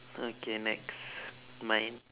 okay next mine